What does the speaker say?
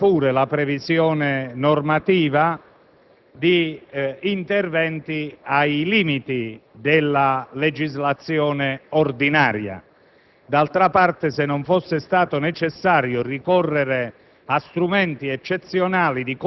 Questa sottolineatura di partenza, che deve rappresentare un elemento di piena consapevolezza da parte dell'Aula del Senato, giustifica pure la previsione normativa